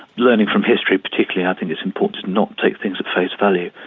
learning from history particularly i think it's important to not take things at face value.